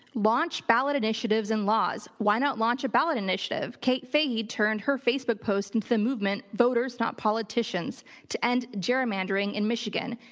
launch ballot initiatives and laws. why not launch a ballot initiative? kate faghe turned her facebook post into the movement voters not politicians to end gerrymandering in michigan.